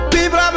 People